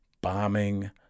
bombing